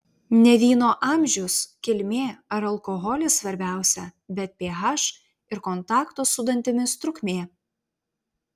ne vyno amžius kilmė ar alkoholis svarbiausia bet ph ir kontakto su dantimis trukmė